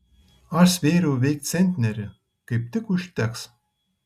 aš svėriau veik centnerį kaip tik užteks